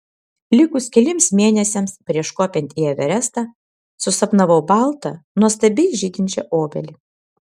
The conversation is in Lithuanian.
likus keliems mėnesiams prieš kopiant į everestą susapnavau baltą nuostabiai žydinčią obelį